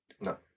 No